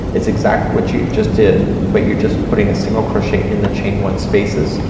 it's exactly what you just did but you're just putting a single crochet in the chain one spaces.